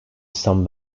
san